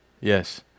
yes